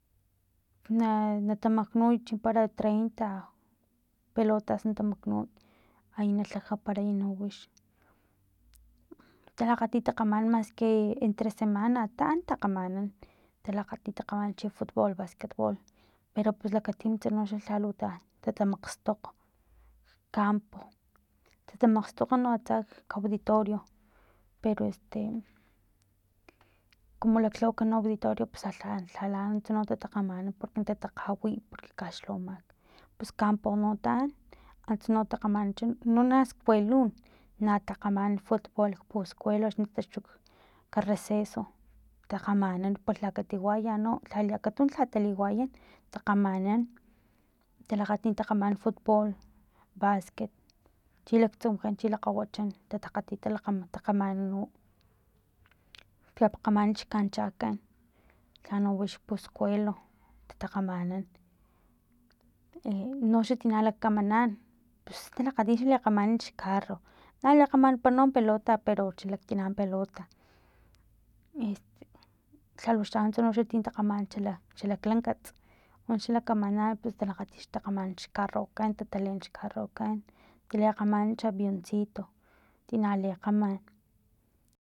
Na tamaknuy chimpara treinta pelotas na tamaknuy ay na tlajaparay talakgati takgamanan maski estre semana taan takgamanan talakgti takgamanan chi fut bool cho basquet bool pero pus lakatimtsa noxa lhalu taan tatamakgstokg kampo tatamakstokga no atsak kauditori pero este como laklhawaka no auditorio lha lha antsa no tatakgamanan porque natatakgawi porque kaxlhawamak pus kampo no taan ants no takgamancha no naskuelon na takgamanan fut bool puskuelo axni tataxtu kareceso takgamanan palha katiwaya no akatun lha taliwayan takgamanan talakgati takgamanan futbool basquet chi laktsumujan chi lakgawachan ta lakgati takgamanan u man xcanchakan lha nawan xpuskuelo tatakgamanan e unoxa tina lakamanan pus lakgati likgamanan xcarro na lekgamanampara no pelota pero xa laktina pelota e lhaluxtanunts chin takgamanan xa laklankats uxa lakamanan pus talakgati takgamanan xcarrokan taleen xcarrokan talekgamanan xavioncito tina lekgaman